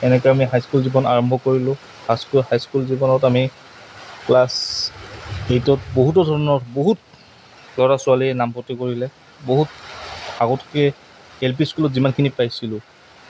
এনেকৈ আমি হাইস্কুল জীৱন আৰম্ভ কৰিলোঁ হাইস্কুল হাইস্কুল জীৱনত আমি ক্লাছ এইটত বহুতো ধৰণৰ বহুত ল'ৰা ছোৱালীয়ে নামভৰ্তি কৰিলে বহুত আগতকৈ এল পি স্কুলত যিমানখিনি পাইছিলোঁ